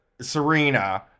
Serena